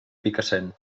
picassent